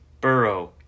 Burrow